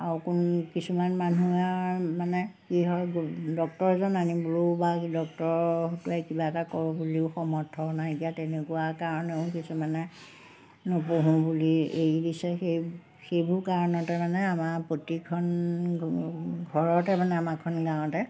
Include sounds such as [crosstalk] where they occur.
আৰু কোন কিছুমান মানুহৰ মানে কি হয় [unintelligible] ডক্টৰ এজন আনিবলৈও বা ডক্টৰ হতুৱাই কিবা এটা কৰোঁ বুলিও সমৰ্থ নাইকিয়া তেনেকুৱা কাৰণেও কিছুমানে নপঢ়োঁ বুলি এৰি দিছে সেই সেইবোৰ কাৰণতে মানে আমাৰ প্ৰতিখন [unintelligible] ঘৰতে মানে আমাখন গাঁৱতে